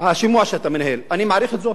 השימוע שאתה מנהל: אני מעריך את זה,